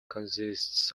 consists